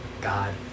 God